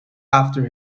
after